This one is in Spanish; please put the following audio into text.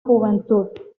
juventud